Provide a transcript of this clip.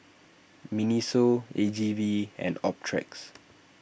Miniso A G V and Optrex